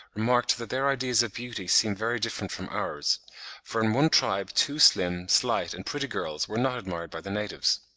remarked that their ideas of beauty seem very different from ours for in one tribe two slim, slight, and pretty girls were not admired by the natives.